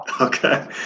okay